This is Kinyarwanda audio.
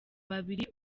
babiri